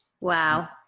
Wow